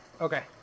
Okay